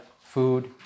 food